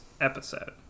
episode